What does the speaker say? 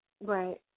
Right